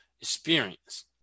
experience